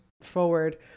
forward